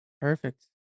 Perfect